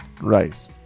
rice